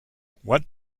what